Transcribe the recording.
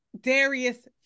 Darius